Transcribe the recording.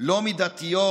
לא מידתיות,